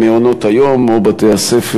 ממעונות היום ומבתי-הספר,